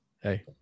hey